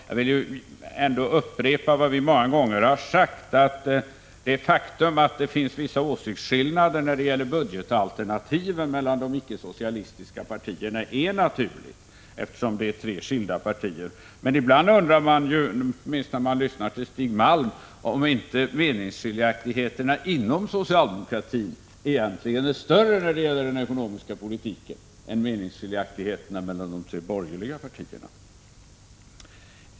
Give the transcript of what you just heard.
Jag vill ändå upprepa vad jag många gånger har sagt: Det faktum att det finns vissa åsiktsskillnader beträffande budgetalternativen mellan de icke-socialistiska partierna är naturligt, eftersom det är tre skilda partier. Men ibland undrar man, åtminstone om man lyssnar till Stig Malm, om inte meningsskiljaktigheterna inom socialdemokratin egentligen är större när det gäller den ekonomiska politiken än meningsskiljaktigheterna mellan de tre borgerliga partierna.